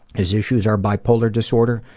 his issues are bipolar disorder,